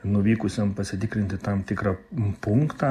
nuvykusiam pasitikrint į tam tikrą punktą